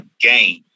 game